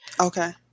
Okay